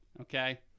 Okay